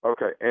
Okay